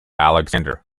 alexander